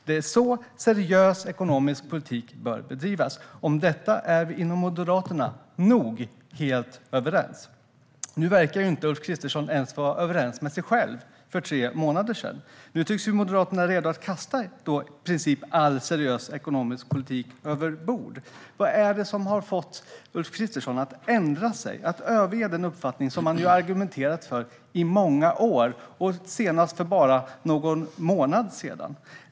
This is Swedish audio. Det är så seriös ekonomisk politik bör bedrivas. Om detta är vi inom M nog helt överens." Nu verkar Ulf Kristersson inte vara överens ens med sig själv jämfört med för tre månader sedan. Ny tycks Moderaterna redan kasta i princip all seriös ekonomisk politik över bord. Vad är det som har fått Ulf Kristersson att ändra sig, att överge den uppfattning som han har argumenterat för i många år, senast för bara någon månad sedan?